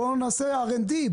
בוא נעשה מחקר ופיתוח,